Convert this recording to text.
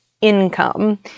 income